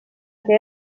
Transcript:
que